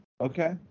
Okay